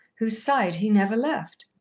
whose side he never left.